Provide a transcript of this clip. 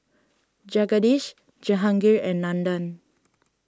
Jagadish Jehangirr and Nandan